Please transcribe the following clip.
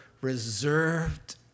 reserved